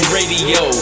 Radio